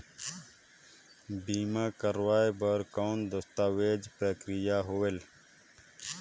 बीमा करवाय बार कौन दस्तावेज प्रक्रिया होएल?